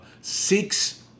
six